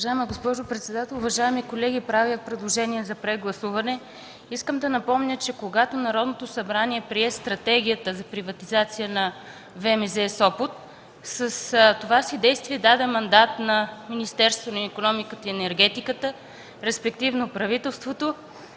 Уважаема госпожо председател, уважаеми колеги! Правя предложение за прегласуване. Искам да напомня, че когато Народното събрание прие Стратегията за приватизация на ВМЗ – Сопот, с това си действие даде мандат на Министерството на икономиката и енергетиката, респективно правителството